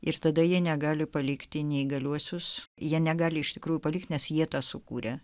ir tada jie negali palikti neįgaliuosius jie negali iš tikrųjų palikti nes jie tą sukūrė